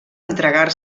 entregar